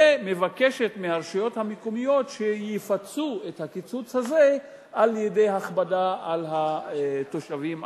ומבקשת מהרשויות המקומיות שיפצו על הקיצוץ הזה על-ידי הכבדה על התושבים,